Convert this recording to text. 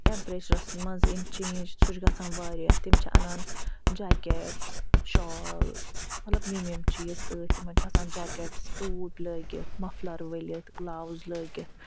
temperatures منٛز یِم change سُہ چھِ گژھان واریاہ تِم چھِ اَنان جایکیٚٹٕس شالٕز مطلب یِم یِم چیٖز سۭتۍ تِمَن چھِ آسان جایکیٚٹٕس ٹوٗپۍ لٲگِتھ مفلَر ؤلِتھ گُلاوٕز لٲگِتھ